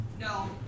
No